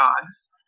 dogs